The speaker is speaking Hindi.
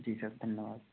जी सर धन्यवाद